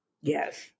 Yes